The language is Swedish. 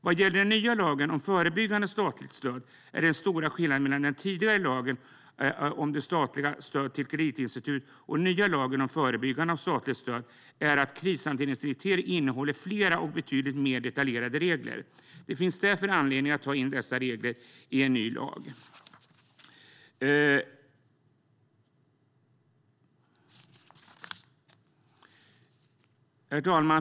Vad gäller den nya lagen om förebyggande statligt stöd är den stora skillnaden mellan den tidigare lagen om statligt stöd till kreditinstitut och den nya lagen om förebyggande statligt stöd att krishanteringsdirektivet innehåller fler och betydligt mer detaljerade regler. Det finns därför anledning att ta in dessa regler i en ny lag. Herr talman!